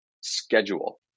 schedule